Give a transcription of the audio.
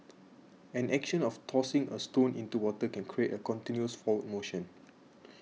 an action of tossing a stone into water can create a continuous forward motion